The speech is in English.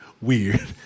weird